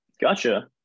Gotcha